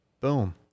Boom